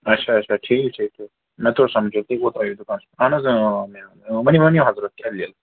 اچھا اچھا ٹھیٖک ٹھیٖک ٹھیٖک مےٚ تور سَمٕجھ ییٚلہِ تُہۍ اوترٕ آیو دُکانَس پٮ۪ٹھ اہن حظ اۭں اۭں ؤنِو ؤنِو حضرت کیٛاہ